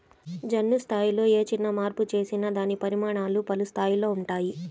జన్యు స్థాయిలో ఏ చిన్న మార్పు చేసినా దాని పరిణామాలు పలు స్థాయిలలో ఉంటాయి